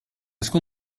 qu’on